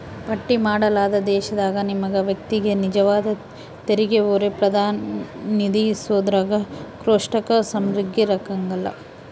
ಪಟ್ಟಿ ಮಾಡಲಾದ ದೇಶದಾಗ ನಿಗಮ ವ್ಯಕ್ತಿಗೆ ನಿಜವಾದ ತೆರಿಗೆಹೊರೆ ಪ್ರತಿನಿಧಿಸೋದ್ರಾಗ ಕೋಷ್ಟಕ ಸಮಗ್ರಿರಂಕಲ್ಲ